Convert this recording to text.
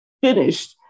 Finished